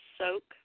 soak